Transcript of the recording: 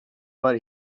but